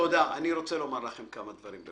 צריך לשמור על הילדים האלה.